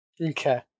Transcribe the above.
Okay